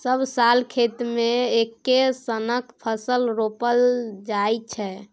सब साल खेत मे एक्के सनक फसल रोपल जाइ छै